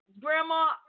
Grandma